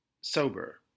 sober